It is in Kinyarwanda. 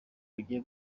ugiye